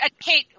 Kate